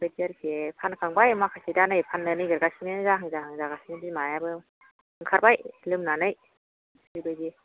बेबायदि आरोखि फानखांबाय माखासे दा नै फाननो नागिरगासिनो जाहां जाहां जागासिनो बिमायाबो ओंखारबाय लोमनानै बेबायदि